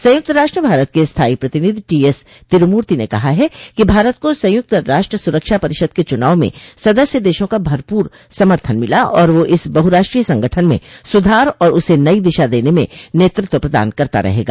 संयुक्त राष्ट्र में भारत के स्थायी प्रतिनिधि टीएस तिरुमूर्ति ने कहा है कि भारत को संयुक्त राष्ट्र सुरक्षा परिषद के चुनाव में सदस्य देशों का भरपूर समर्थन मिला और वह इस बहुराष्ट्रीय संगठन में सुधार और उसे नयी दिशा देने में नेतृत्व प्रदान करता रहेगा